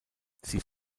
sie